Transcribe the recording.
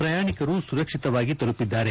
ಪ್ರಯಾಣಿಕರು ಸುರಕ್ಷಿತವಾಗಿ ತಲುಪಿದ್ದಾರೆ